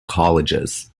colleges